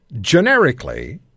generically